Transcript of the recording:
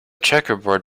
checkerboard